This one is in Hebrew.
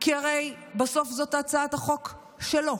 כי הרי בסוף זאת הצעת החוק שלו.